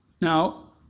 Now